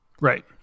Right